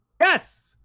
Yes